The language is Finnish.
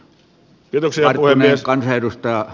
no niin ole hyvä jatka